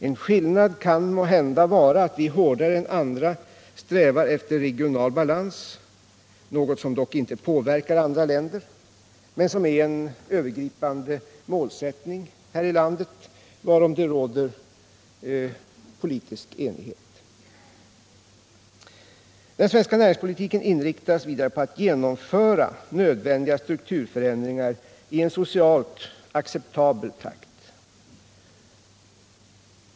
En skillnad kan måhända vara att vi hårdare än andra strävar efter regional balans, något som dock inte påverkar andra länder men som är ett övergripande mål här i landet, ett mål varom det råder politisk enighet. Den svenska näringspolitiken inriktas vidare på att genomföra nödvändiga strukturförändringar i en socialt acceptabel takt.